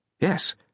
Yes